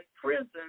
prison